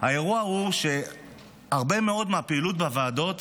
האירוע הוא שלהרבה מאוד מהפעילות בוועדות